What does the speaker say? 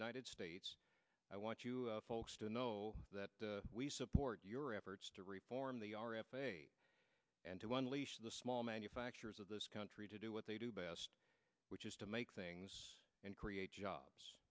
united states i want you folks to know that we support your efforts to reform the r f a and to one small manufacturers of this country to do what they do best which is to make things and create jobs